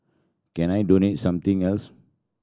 can I donate something else